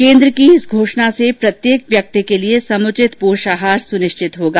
केन्द्र की इस घोषणा से प्रत्येक व्यक्ति के लिए समुचित पोषाहार सुनिश्चित होगा